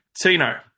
Tino